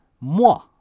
moi